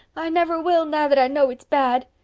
i never will, now that i know it's bad,